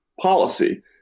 policy